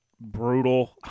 Brutal